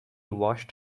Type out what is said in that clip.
washed